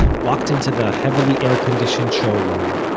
walked into the heavily air conditioned showroom,